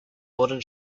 wooden